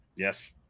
Yes